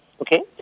Okay